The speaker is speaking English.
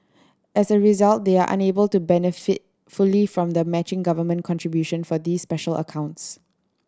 as a result they are unable to benefit fully from the matching government contribution for these special accounts